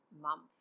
month